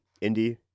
Indy